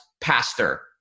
pastor